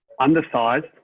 undersized